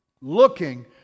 Looking